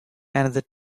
another